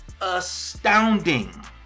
astounding